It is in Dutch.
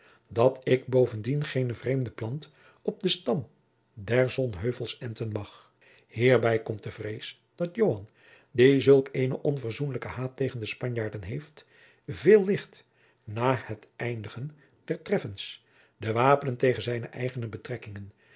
dat ik bovendien geene vreemde plant op den stam der sonheuvels enten mag hierbij komt de vrees dat joan die zulk eenen onverzoenlijken haat tegen de spanjaarden heeft veellicht na het eindigen der trêfves de wapenen tegen zijne eigene betrekkingen